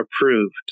approved